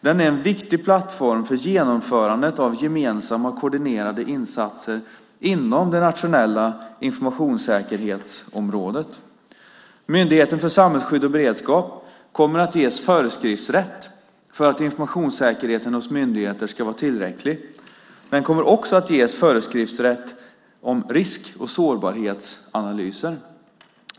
Den är en viktig plattform för genomförandet av gemensamma och koordinerade insatser inom det nationella informationssäkerhetsområdet. Myndigheten för samhällsskydd och beredskap kommer att ges föreskriftsrätt för att informationssäkerheten hos myndigheter ska vara tillräcklig. Den kommer också att ges föreskriftsrätt om risk och sårbarhetsanalyser.